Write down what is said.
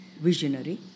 visionary